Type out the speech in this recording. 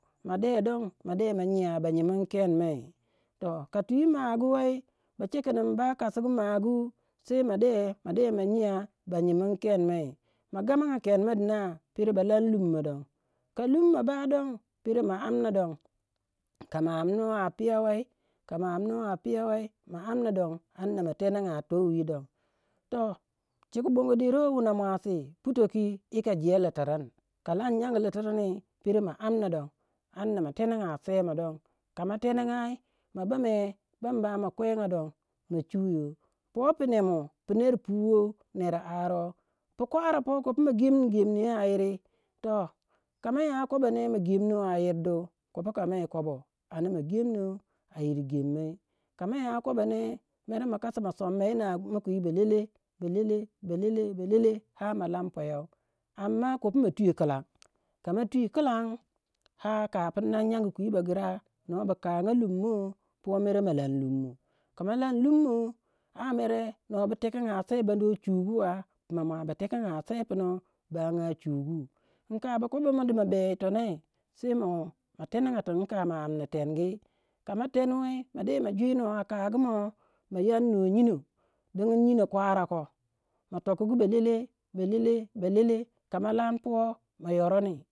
Ma de don ma de ma nyiya ba nyimin kenmei. Ka twi magi wei ba che kin mba kosigu magi sai ma de ma nyiya ba nyimin kenmai. Ma kuraga kenma dina pero ba lan lummo don ka lumo ba don pero ma amna don ka ma amno a piyau wei, ma amna don ka ma amno a piyau wei, ma amna don ma tenega towi don. Toh chiku bongo Deruwa wuna mwasi Putoki yika je Litirin. ka lan nyang Litirin pero ma amna don amna ma tenenga semo don. Ka ma tenengai ma bame bam bama kwenga don ma chuyo po punem pu ner puwei ner aruwei. Pu kwara poh kopu ma megemin gemni yoh yiri. Toh ka ma ya kobo ne ma gemno a yir du kopu kame kobo a na ma gemno yir gemna kama ya kobo ne mere makasi ma somma yi namo kwi balele balele balele har ma lon poyoh amma kopu ma tuyo kilan, ka ma tuwi kilan ar- kapun nyangu kwi ba gira no ba kaga lummo po mere ma lan lummo. Ka ma lan lummo ar mere nuwa bu tekenga sei bano chuguwa pina mwa ba tekenga sei puno baga chugu nka ba kobo mo di ma be yi tonoi sai mo- ma tenenga yirti ma amna tengu. Ka ma tenuwei ma de jwinuwei a kagimo ma nyanwei nyinoh digin nyinoh kwara ko ma tokugu balele balele balele kama lan poh ma yoroni.